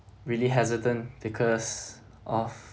really hesitant because of